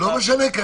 לא משנה.